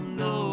no